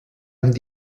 amb